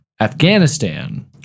afghanistan